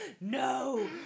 no